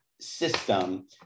system